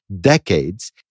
decades